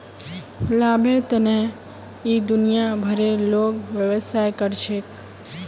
लाभेर तने इ दुनिया भरेर लोग व्यवसाय कर छेक